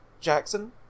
Jackson